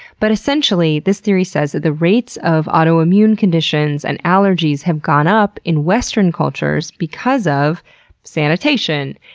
but essentially this theory says that the rates of auto-immune conditions and allergies have gone up in western cultures because of sanitation,